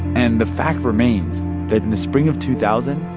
and the fact remains that, in the spring of two thousand,